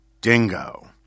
dingo